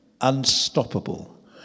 unstoppable